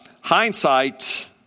hindsight